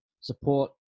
support